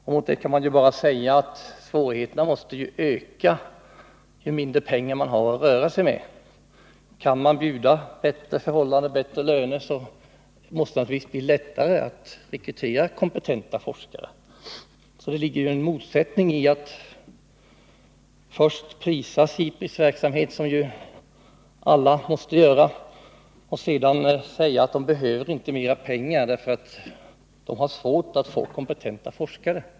Om det kan vi säga att svårigheterna måste öka ju mindre pengar man har att röra sig med. Kan man erbjuda bättre förhållanden och bättre löner måste det naturligtvis bli lättare att rekrytera kompetenta forskare. Det ligger en motsättning i att först prisa SIPRI:s verksamhet — något som ju ingen kan underlåta att göra — och sedan säga att SIPRI inte behöver mera pengar därför att man där har svårt att få kompetenta forskare.